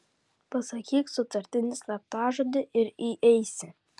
pasakyk sutartinį slaptažodį ir įeisi